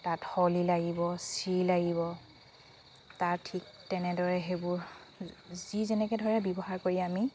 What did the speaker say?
তাত শলি লাগিব চিৰি লাগিব তাৰ ঠিক তেনেদৰে সেইবোৰ যি যেনেকে ধৰে ব্য়ৱহাৰ কৰি আমি